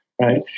right